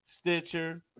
Stitcher